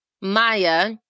Maya